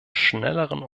schnelleren